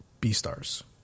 B-Stars